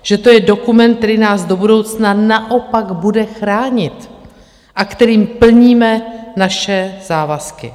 Že to je dokument, který nás do budoucna naopak bude chránit a kterým plníme naše závazky.